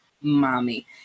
mommy